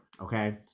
Okay